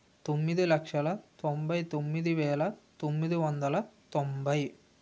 తొమ్మిది లక్షల తొంభై తొమ్మిది వేల తొమ్మిది వందల తొంభై